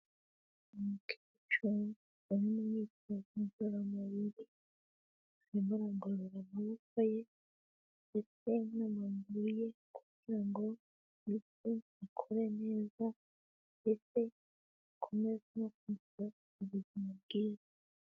Umukecuru uri mu myitozo ngororamubiri, arimo aragorora amaboko ye ndetse n'amaguru ye, kugirango akomeze akore neza ndetse akomeze kugira ubuzima bwiza.